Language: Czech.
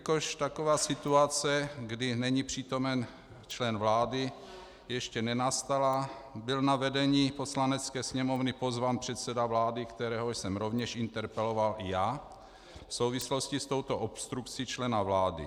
Jelikož taková situace, kdy není přítomen člen vlády, ještě nenastala, byl na vedení Poslanecké sněmovny pozván předseda vlády, kterého jsem rovněž interpeloval i já v souvislosti s touto obstrukcí člena vlády.